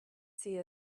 see